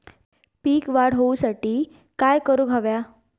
पीक वाढ होऊसाठी काय करूक हव्या?